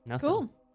Cool